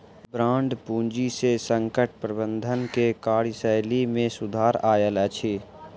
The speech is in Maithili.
बांड पूंजी से संकट प्रबंधन के कार्यशैली में सुधार आयल अछि